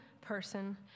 person